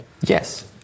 Yes